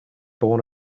born